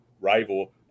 rival